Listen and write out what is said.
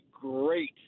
great